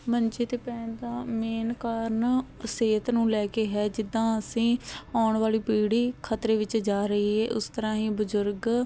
ਮੰਜੇ 'ਤੇ ਪੈਣ ਦਾ ਮੇਨ ਕਾਰਨ ਸਿਹਤ ਨੂੰ ਲੈ ਕੇ ਹੈ ਜਿੱਦਾਂ ਅਸੀਂ ਆਉਣ ਵਾਲੀ ਪੀੜ੍ਹੀ ਖ਼ਤਰੇ ਵਿੱਚ ਜਾ ਰਹੀ ਹੈ ਉਸ ਤਰ੍ਹਾਂ ਹੀ ਬਜ਼ੁਰਗ